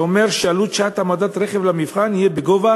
שאומר שעלות שעת העמדת רכב למבחן תהיה בגובה